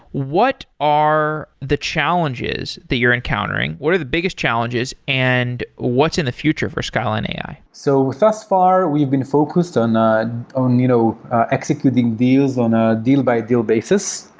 what are the challenges that you're encountering? what are the biggest challenges and what's in the future for skyline ai? so thus far we've been focused on on you know executing deals on a deal-by-deal basis,